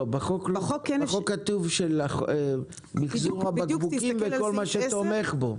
בחוק כתוב מחזור הבקבוקים וכל מה שתומך בו.